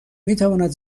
میتواند